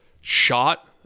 shot